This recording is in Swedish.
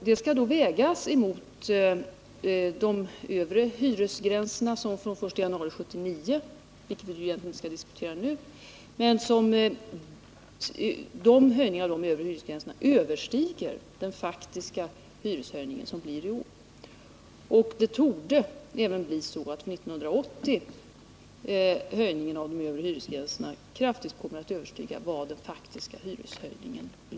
Det skall vägas mot att de övre hyresgränserna — som vi egentligen inte skall diskutera nu — fr.o.m. den I januari 1979 överstiger den faktiska hyreshöjningen i år. Det torde även bli så att höjningen år 1980 av de övre hyresgränserna kraftigt kommer att överstiga den faktiska hyreshöjningen.